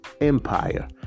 Empire